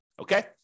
okay